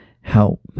help